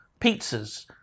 pizzas